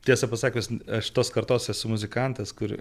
tiesą pasakius aš tos kartos esu muzikantas kur